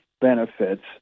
benefits